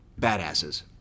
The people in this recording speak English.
badasses